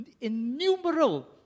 innumerable